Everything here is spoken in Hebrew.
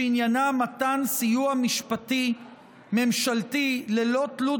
שעניינה מתן סיוע משפטי ממשלתי ללא תלות